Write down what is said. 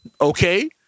Okay